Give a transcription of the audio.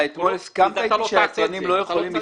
אתמול הסכמת איתי שהיצרנים לא יכולים